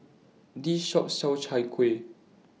This Shop sells Chai Kueh